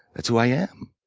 that's who i am.